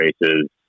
races